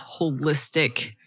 holistic